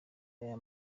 aya